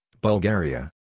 Bulgaria